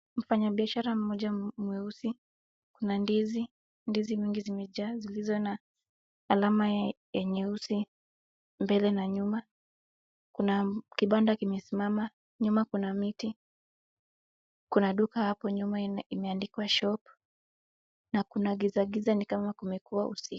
Mfanyabiashara mmoja mweusi kuna ndizi, ndizi nyingi zimejaa zilizo na alama ya nyeusi mbele na nyuma, kuna kibanda kimesimama nyuma kuna miti, kuna duka hapo nyuma imeandikwa shop , na kuna giza giza ni kama kumekuwa usiku.